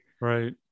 Right